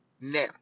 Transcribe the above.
Now